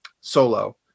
Solo